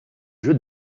jeu